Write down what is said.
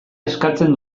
eskatzen